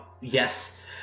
yes